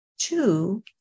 Two